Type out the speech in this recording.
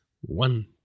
One